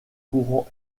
courant